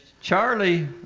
Charlie